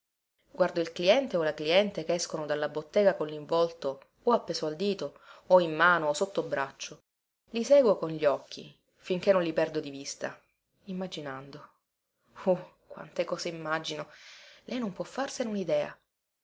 guardo il cliente o la cliente che escono dalla bottega con linvolto o appeso al dito o in mano o sotto il braccio li seguo con gli occhi finché non li perdo di vista immaginando uh quante cose immagino lei non può farsene unidea